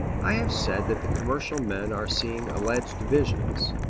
i have said that the commercial men are seeing alleged visions.